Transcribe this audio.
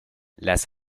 las